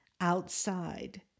outside